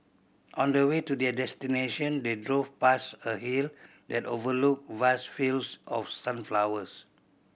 on their way to their destination they drove past a hill that overlooked vast fields of sunflowers